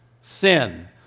sin